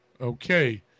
Okay